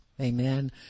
Amen